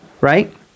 right